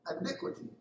Iniquity